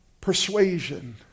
persuasion